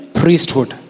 priesthood